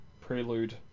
prelude